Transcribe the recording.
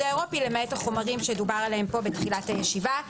האירופי למעט החומרים שדובר עליהם פה בתחילת הישיבה.